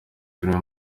filime